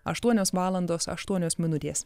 aštuonios valandos aštuonios minutės